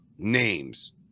Names